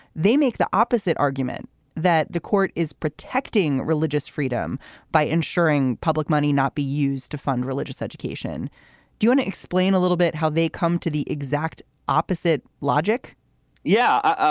they make the opposite argument that the court is protecting religious freedom by ensuring public money not be used to fund religious education doing it. explain a little bit how they come to the exact opposite logic yeah.